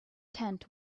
tent